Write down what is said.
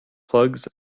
plugs